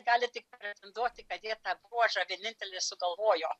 gali tik pretenduoti kad jie tą bruožą vieninteliai sugalvojo